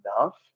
enough